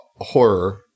horror